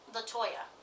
Latoya